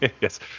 yes